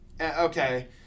Okay